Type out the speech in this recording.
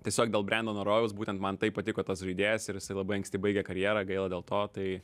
tiesiog dėl brandono rojaus būtent man taip patiko tas žaidėjas ir jis labai anksti baigė karjerą gaila dėl to tai